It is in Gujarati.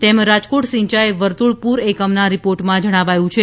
તેમ રાજકોટ સિંચાઇ વર્તુળ પુર એકમના રિપોર્ટમાં જણાવાયું છે